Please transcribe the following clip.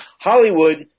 Hollywood